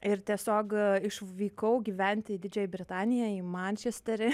ir tiesiog išvykau gyventi į didžiąją britaniją į mančesterį